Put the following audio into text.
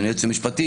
אדוני היועץ המשפטי.